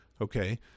Okay